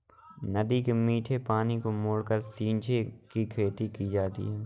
नदी के मीठे पानी को मोड़कर झींगे की खेती की जाती है